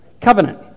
covenant